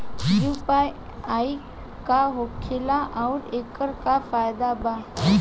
UPI का होखेला आउर एकर का फायदा बा?